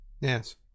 Yes